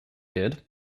did